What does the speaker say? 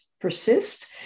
persist